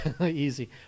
Easy